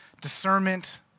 discernment